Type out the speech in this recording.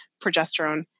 progesterone